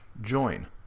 join